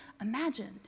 imagined